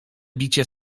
bicie